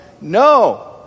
No